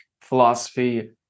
philosophy